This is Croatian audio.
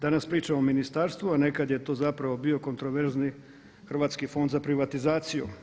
Danas pričam o ministarstvu, a nekad je to zapravo bio kontroverzni Hrvatski fond za privatizaciju.